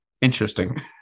interesting